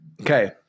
Okay